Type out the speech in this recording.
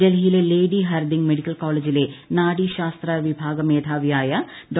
ഡൽഹിയിലെ lady Hardinge മെഡിക്കൽകോളേജിലെ നാഡീശാസ്ത്ര വിഭാഗമേധാവിയായ ഡോ